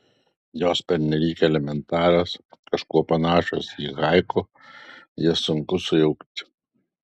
jos pernelyg elementarios kažkuo panašios į haiku jas sunku sujaukti